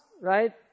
right